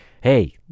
hey